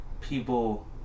people